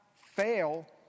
fail